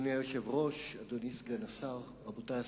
אדוני היושב-ראש, אדוני סגן השר, רבותי השרים,